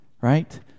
right